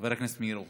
חבר הכנסת אמיר אוחנה,